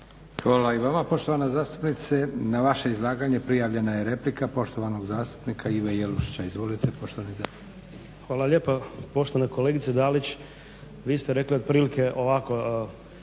Hvala i vama poštovana zastupnice. Na vaše izlaganje prijavljena je replika poštovanog zastupnika Ive Jelušića. Izvolite poštovani zastupniče. **Jelušić, Ivo (SDP)** Hvala lijepa. Poštovana kolegice Dalić, vi ste rekli otprilike ovako: